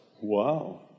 Wow